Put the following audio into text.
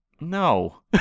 No